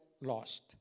lost